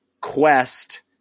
Quest